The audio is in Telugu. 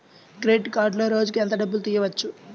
క్రెడిట్ కార్డులో రోజుకు ఎంత డబ్బులు తీయవచ్చు?